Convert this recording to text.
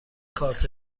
کارت